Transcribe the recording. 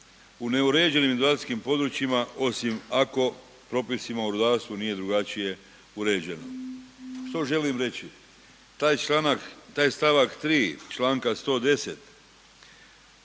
u neuređenim inundacijskim područjima osim ako propisima o rudarstvo nije drugačije uređeno. Što želim reći? Taj stavak 3. članka 110.,